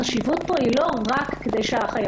החשיבות פה היא לא רק כדי שהחיילות